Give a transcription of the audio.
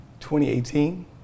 2018